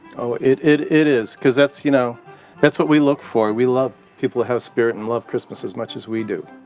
it it is, cause that's you know that's what we look for. we love people to have spirit and love christmas as much as we do.